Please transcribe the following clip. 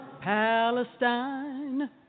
Palestine